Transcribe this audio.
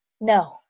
No